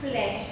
flash